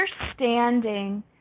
understanding